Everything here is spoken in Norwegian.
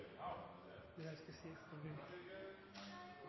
de som er